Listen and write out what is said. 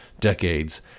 decades